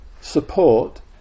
support